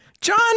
John